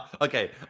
Okay